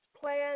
plan